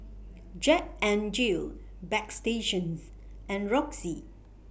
Jack N Jill Bagstationz and Roxy